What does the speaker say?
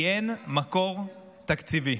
כי אין מקור תקציבי.